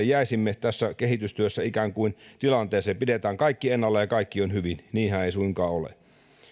jäisimme tässä kehitystyössä ikään kuin tilanteeseen että pidetään kaikki ennallaan ja kaikki on hyvin niinhän ei suinkaan ole